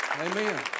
Amen